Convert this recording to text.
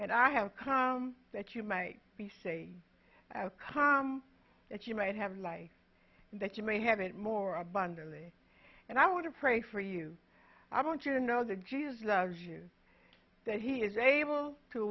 and i have come that you might be say come that you might have life that you may have it more abundantly and i want to pray for you i want you to know that jesus loves you that he is able to